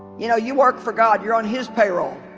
you know you work for god you're on his payroll